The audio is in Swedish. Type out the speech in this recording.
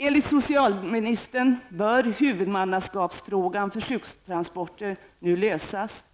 Enligt socialministern bör huvudmannaskapsfrågan för sjuktransporter nu lösas.